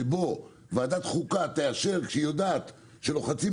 שבו ועדת חוקה תאשר כשהיא יודעת שלוחצים